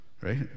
Right